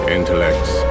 intellects